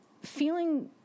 feeling